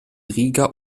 riga